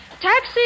Taxi